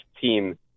team